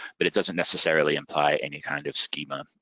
but it doesn't necessarily imply any kind of schema.